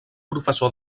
professor